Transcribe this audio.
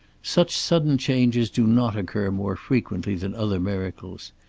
such sudden changes do not occur more frequently than other miracles.